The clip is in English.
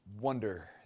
wonder